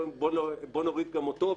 בוא נוריד גם אותו,